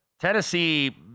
Tennessee